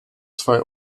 zwei